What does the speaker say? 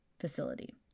facility